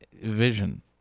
Vision